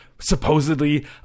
supposedly